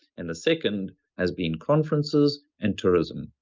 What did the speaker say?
and the second has been conferences and tourism.